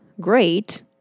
great